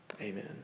Amen